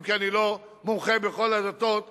אם כי אני לא מומחה בכל הדתות,